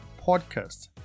podcast